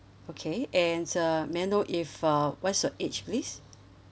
okay and uh may I know if uh what's your age please